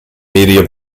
media